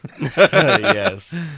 Yes